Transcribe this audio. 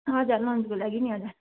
हजुर लन्चको लागि नि हजुर